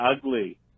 ugly